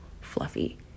fluffy